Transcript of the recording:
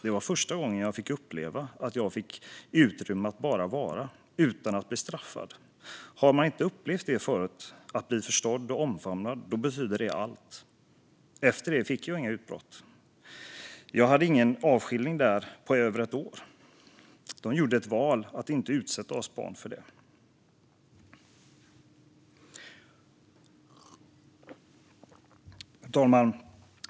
Det var första gången jag fick uppleva att jag fick utrymme att bara vara. Utan att bli straffad. Har man inte upplevt det förut, att bli förstådd och omfamnad, då betyder det allt. Efter det fick jag inga utbrott. Jag hade ingen avskiljning där på ett år. De gjorde ett val att inte utsätta oss barn för det." Fru talman!